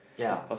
ya